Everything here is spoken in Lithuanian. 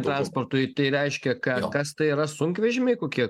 transportui tai reiškia kad kas tai yra sunkvežimiai kokie